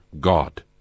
God